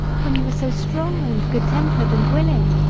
when you are so strong and good-tempered and willing?